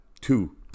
two